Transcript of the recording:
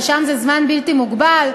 ששם זה זמן בלתי מוגבל,